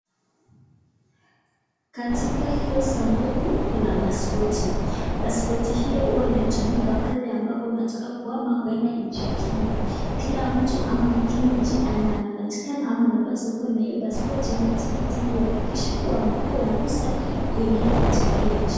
Katika hiyo sanduku kuna pasipoti. Pasipoti hiyo huwa inatumika pale ambapo unataka kuhamia kwenda nchi nyingine. Kila mtu ama mkimbizi ama anapatikana ama anabasi kuwa na hiyo pasipoti ama tikiti ili kuhakikisha kuwa amepewa ruhusa kuingia katika hiyo nchi.